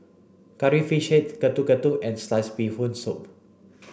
curry fish head Getuk Getuk and sliced Bee Hoon soup